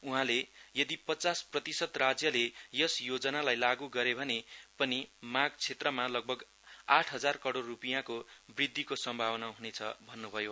उहाँले यदि पचास प्रतिशत राज्यले यस योजनालाई लागी गरे भने पनि माग क्षेत्रमा लगभग आठहजार करोड रुपियाँ को वृद्धिको सम्भावना छ भन्नुभयो